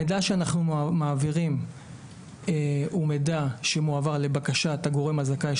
המידע שאנחנו מעבירים הוא מידע שמועבר לבקשת הגורם הזכאי,